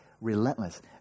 relentless